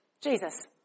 Jesus